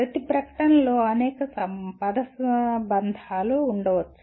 ప్రతి ప్రకటనలో అనేక పదబంధాలు ఉండవచ్చు